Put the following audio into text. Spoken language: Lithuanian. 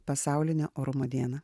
pasaulinę orumo dieną